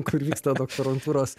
kur vyksta doktorantūros